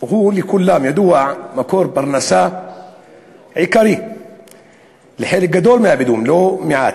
הוא מקור פרנסה עיקרי לחלק גדול מהבדואים, לא מעט,